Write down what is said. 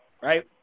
right